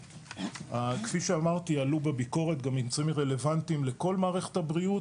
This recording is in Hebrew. כפי שאמרתי עלו בביקורת גם ממצאים רלוונטיים לכל מערכת הבריאות,